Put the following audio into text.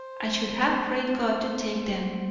i should have prayed god to take them,